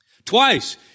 Twice